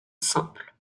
simple